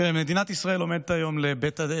תראה, מדינת ישראל עומדת היום לדין,